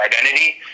identity